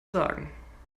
sagen